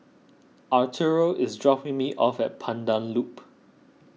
Arturo is dropping me off at Pandan Loop